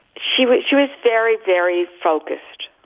she wrote. she was very, very focused,